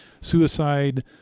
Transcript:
suicide